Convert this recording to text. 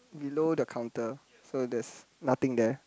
below the counter so there is nothing there